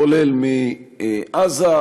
כולל מעזה,